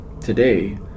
today